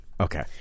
Okay